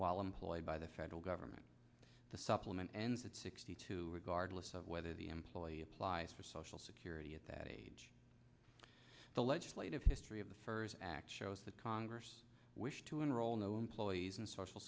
while employed by the federal government to supplement ends at sixty two a guard lists of whether the employee applies for social security at that age the legislative history of the firs actuals the congress wish to enroll no employees and social